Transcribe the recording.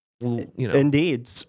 Indeed